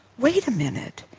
wait a minute,